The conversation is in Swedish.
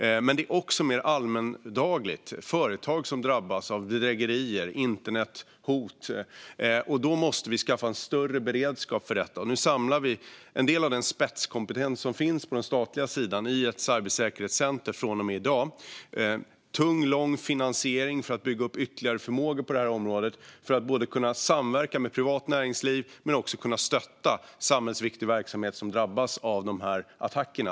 Det förekommer också i mer vardaglig form där företag drabbas av bedrägerier och internethot. Vi måste skaffa en större beredskap för detta. Därför samlas från och med i dag en del av den statliga spetskompetensen i ett cybersäkerhetscenter. Vi ger tung och lång finansiering för att man ska bygga upp ytterligare förmågor på detta område och kunna samverka med privat näringsliv och stötta samhällsviktig verksamhet som drabbas av dessa attacker.